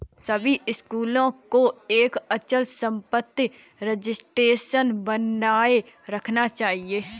सभी स्कूलों को एक अचल संपत्ति रजिस्टर बनाए रखना चाहिए